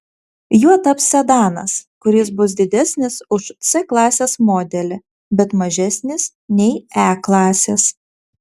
juo taps sedanas kuris bus didesnis už c klasės modelį bet mažesnis nei e klasės